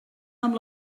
amb